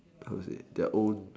how to say their own